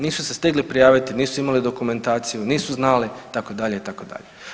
Nisu se stigli prijaviti, nisu imali dokumentaciju, nisu znali itd., itd.